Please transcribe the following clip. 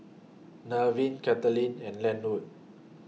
Nevin Caitlynn and Lenwood